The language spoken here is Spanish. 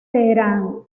teherán